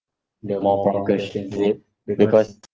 the more questions is it because